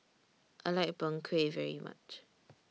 I like Png Kueh very much